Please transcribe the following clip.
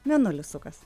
mėnulis sukas